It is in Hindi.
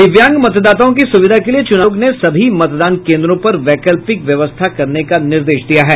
दिव्यांग मतदाताओं की सुविधा के लिए चुनाव आयोग ने सभी मतदान केन्द्रों पर वैकल्पिक व्यवस्था करने का निर्देश दिया है